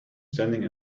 standing